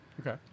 Okay